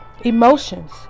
emotions